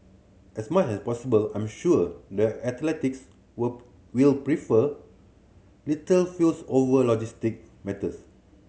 as much as possible I'm sure the athletes were will prefer little fuss over logistic matters